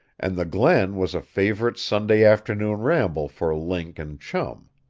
and the glen was a favorite sunday afternoon ramble for link and chum.